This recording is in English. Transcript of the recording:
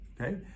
okay